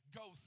go